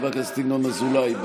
חבר הכנסת ינון אזולאי,